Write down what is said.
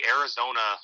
Arizona